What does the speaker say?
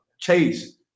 Chase